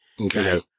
Okay